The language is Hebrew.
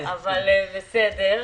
בסדר.